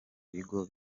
bigo